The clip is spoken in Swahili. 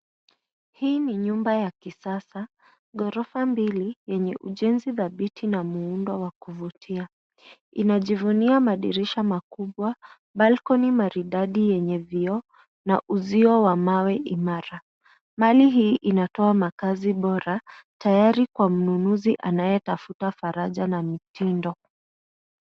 Hii ni nyumba ya kisasa, ghorofa mbili yenye ujenzi dhabiti na muundo wa kuvutia. Inajivunia madirisha makubwa, balkoni maridadi yenye vioo na uzio wa mawe imara. Mali hii inatoa makazi bora tayari kwa mnunuzi anayetafuta faraja na mtindo.